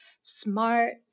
smart